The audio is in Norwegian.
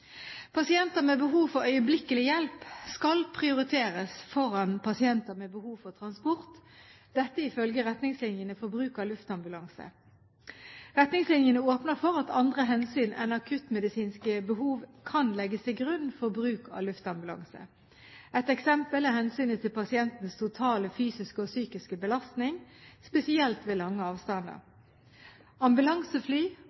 Pasienter med behov for øyeblikkelig hjelp skal prioriteres foran pasienter med behov for transport – dette ifølge retningslinjene for bruk av luftambulanse. Retningslinjene åpner for at andre hensyn enn akuttmedisinske behov kan legges til grunn for bruk av luftambulanse. Et eksempel er hensynet til pasientens totale fysiske og psykiske belastning, spesielt ved lange